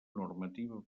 normativa